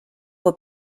will